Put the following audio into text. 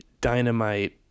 dynamite